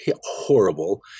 horrible